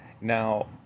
now